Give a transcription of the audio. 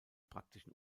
praktischen